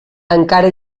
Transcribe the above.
encara